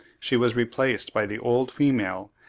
she was replaced by the old female,